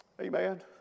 amen